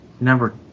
number